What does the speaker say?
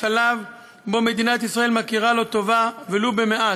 לשלב שבו מדינת ישראל מכירה לו טובה, ולו במעט,